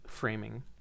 framing